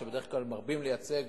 שבדרך כלל מרבים לייצג